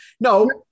no